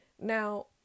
Now